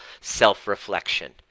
self-reflection